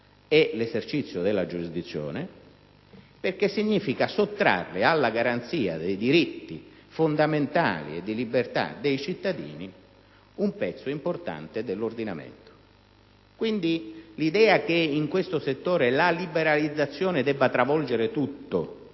e l'esercizio della giurisdizione, in quanto si sottrae alla garanzia dei diritti fondamentali e di libertà dei cittadini un pezzo importante dell'ordinamento. Quindi, l'idea che in questo settore la liberalizzazione debba travolgere tutto,